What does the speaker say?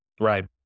Right